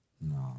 no